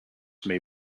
may